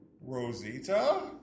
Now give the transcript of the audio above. Rosita